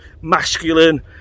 masculine